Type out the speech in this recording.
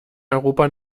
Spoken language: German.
europa